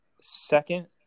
second